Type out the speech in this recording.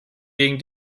gegen